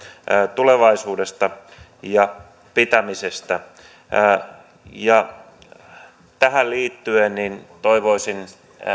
tulevaisuudesta ja valvonnan pitämisestä tähän liittyen toivoisin